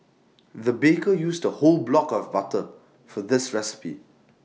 the baker used A whole block of butter for this recipe